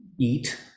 eat